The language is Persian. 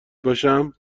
باشم